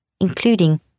including